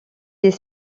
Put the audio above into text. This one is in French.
des